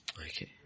Okay